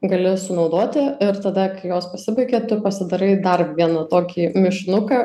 gali sunaudoti ir tada kai jos pasibaigia tu pasidarai dar vieną tokį mišinuką